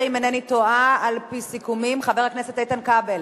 התשע"ב 2011, של חבר הכנסת איתן כבל